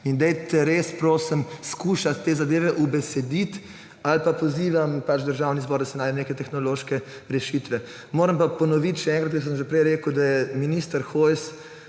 in poslancev. Res, prosim, skušajte te zadeve ubesediti ali pa pozivam Državni zbor, da se najdejo neke tehnološke rešitve. Moram pa ponoviti še enkrat, kot sem že prej rekel, da je minister Hojs